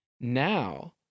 Now